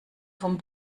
vom